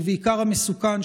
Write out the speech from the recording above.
ובעיקר המסוכן,